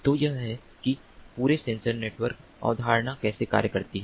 तो यह है कि पूरे सेंसर नेटवर्क अवधारणा कैसे कार्य करती है